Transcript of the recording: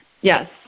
Yes